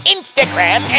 Instagram